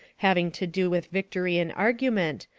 having to do with victory in argument,